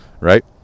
right